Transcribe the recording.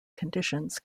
conditions